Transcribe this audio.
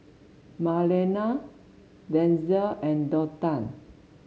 Marlena Denzel and Donta